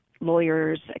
lawyers